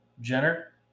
Jenner